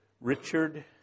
Richard